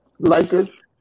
Lakers